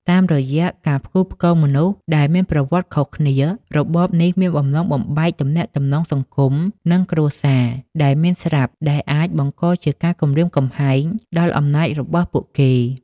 តាមរយៈការផ្គូផ្គងមនុស្សដែលមានប្រវត្តិខុសគ្នា របបនេះមានបំណងបំបែកទំនាក់ទំនងសង្គមនិងគ្រួសារដែលមានស្រាប់ដែលអាចបង្កជាការគំរាមកំហែងដល់អំណាចរបស់ពួកគេ។